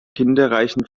kinderreichen